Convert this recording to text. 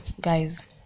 guys